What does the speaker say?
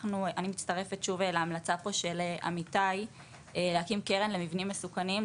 אני מצטרפת להמלצה של עמיתיי להקים קרן למבנים מסוכנים.